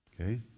Okay